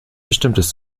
bestimmtes